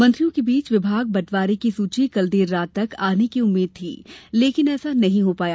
मंत्रियों के बीच विभाग बटवारे की सूची कल देर रात तक आने की उम्मीद थी लेकिन ऐसा नहीं हो पाया